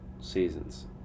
seasons